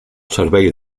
servei